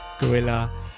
Gorilla